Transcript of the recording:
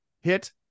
hit